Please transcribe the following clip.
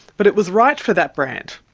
but it was right for that brand,